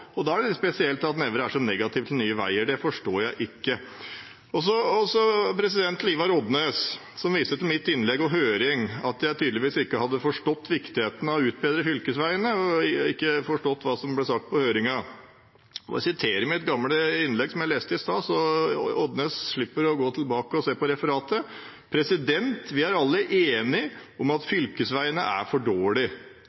nå. Da er det spesielt at Nævra er så negativ til Nye Veier. Det forstår jeg ikke. Til representanten Ivar Odnes, som viser til mitt innlegg og høring – at jeg tydeligvis ikke har forstått viktigheten av å utbedre fylkesveiene og ikke forstått hva som ble sagt på høringen. Jeg siterer mitt gamle innlegg, som jeg leste i stad, så Odnes slipper å gå tilbake og se på referatet: «Vi er alle enige om at